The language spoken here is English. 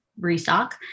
restock